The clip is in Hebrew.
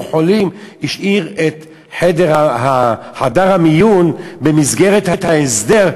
חולים" השאיר את חדר המיון במסגרת ההסדר.